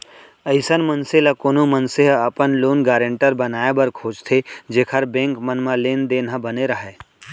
अइसन मनसे ल कोनो मनसे ह अपन लोन गारेंटर बनाए बर खोजथे जेखर बेंक मन म लेन देन ह बने राहय